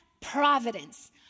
Providence